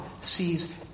sees